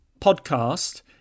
podcast